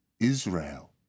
Israel